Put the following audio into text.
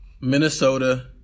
Minnesota